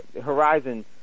Horizon